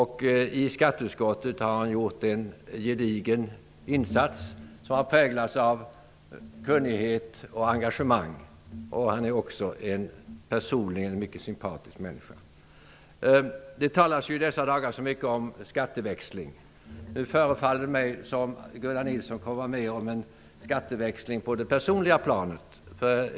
I skatteutskottet har han gjort en gedigen insats, som har präglats av kunnighet och engagemang. Han är personligen också en mycket sympatisk människa. Det talas i dessa dagar så mycket om skatteväxling. Det förefaller mig som om Gunnar Nilsson nu kommer att få vara med om en skatteväxling på det personliga planet.